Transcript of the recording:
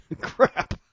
Crap